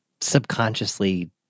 subconsciously